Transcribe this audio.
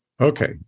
Okay